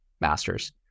masters